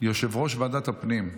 יושב-ראש ועדת הפנים.